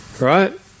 Right